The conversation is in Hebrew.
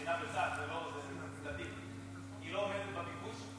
היא קצינה בצה"ל --- היא לא עומדת בביקוש,